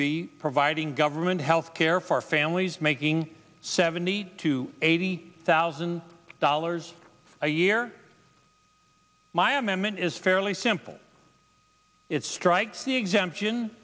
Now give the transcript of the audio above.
be providing government health care for families making seventy to eighty thousand dollars a year my amendment is fairly simple it strikes the exemption